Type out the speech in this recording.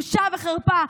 בושה וחרפה.